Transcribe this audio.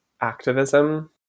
activism